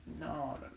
No